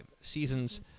seasons